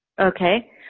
Okay